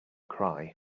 cry